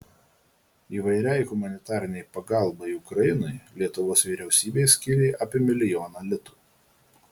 įvairiai humanitarinei pagalbai ukrainai lietuvos vyriausybė skyrė apie milijoną litų